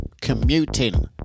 commuting